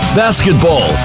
basketball